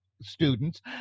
students